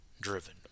driven